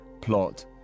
plot